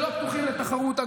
שלא פתוחים לתחרות,